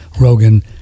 Rogan